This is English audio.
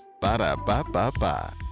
Ba-da-ba-ba-ba